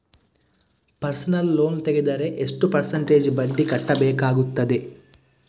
Personal loan ತೆಗೆದರೆ ಎಷ್ಟು percentage ಬಡ್ಡಿ ಕಟ್ಟಬೇಕಾಗುತ್ತದೆ?